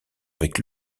avec